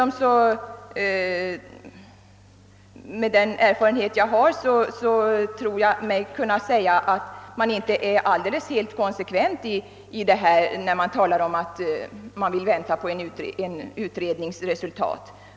Med den erfarenhet jag har tror jag mig dessutom kunna säga att man inte alltid är konsekvent i vad gäller att avvakta en utrednings resultat.